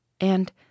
And